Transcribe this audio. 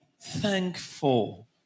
thankful